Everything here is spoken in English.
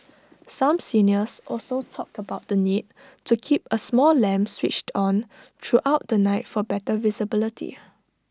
some seniors also talked about the need to keep A small lamp switched on throughout the night for better visibility